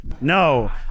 No